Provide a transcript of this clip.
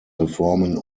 reformen